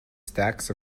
stacks